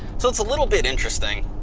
so it's a little bit interesting,